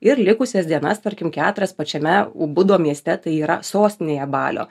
ir likusias dienas tarkim keturias pačiame ubudo mieste tai yra sostinėje balio